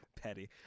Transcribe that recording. petty